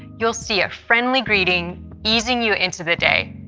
you'll see a friendly greeting easing you into the day.